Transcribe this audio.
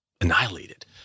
annihilated